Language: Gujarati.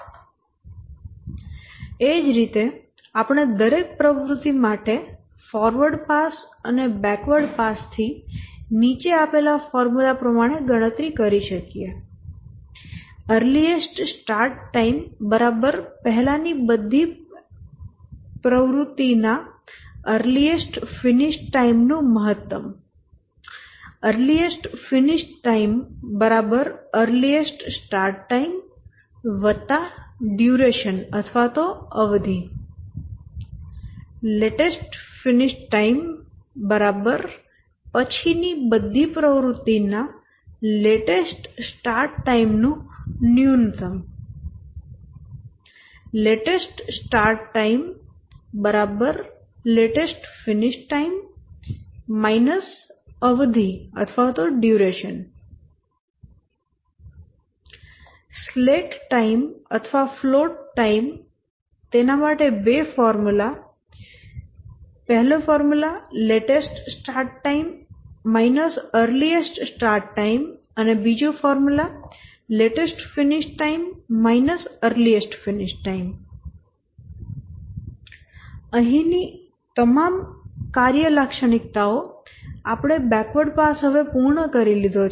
અને આ આપણી બધી જ ટાસ્ક કેરેક્ટરીસ્ટિક્સ છે આપણે બેકવર્ડ પાસ સમાપ્ત કર્યો